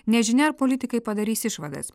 nežinia ar politikai padarys išvadas